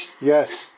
Yes